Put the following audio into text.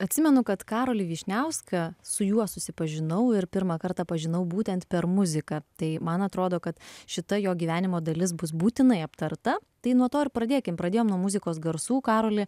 atsimenu kad karolį vyšniauską su juo susipažinau ir pirmą kartą pažinau būtent per muziką tai man atrodo kad šita jo gyvenimo dalis bus būtinai aptarta tai nuo to ir pradėkim pradėjom nuo muzikos garsų karoli